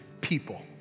people